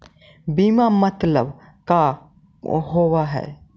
बीमा मतलब का होव हइ?